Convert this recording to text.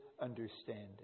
understanding